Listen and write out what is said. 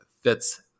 fits